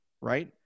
right